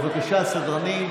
בבקשה, סדרנים,